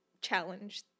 challenge